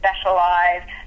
specialize